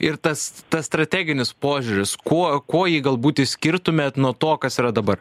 ir tas tas strateginis požiūris kuo kuo jį galbūt išskirtumėt nuo to kas yra dabar